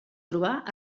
trobar